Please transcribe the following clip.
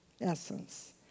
essence